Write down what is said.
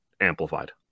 amplified